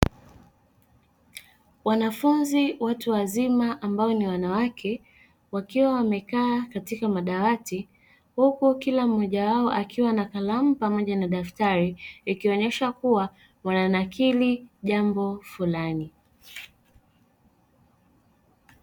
Wanafunzi watu wazima ambao ni wanawake wakiwa wamekaa katika madawati, huku kila mmoja wao akiwa na kalamu pamoja na daftari, ikionesha kuwa wana nakili jambo fulani.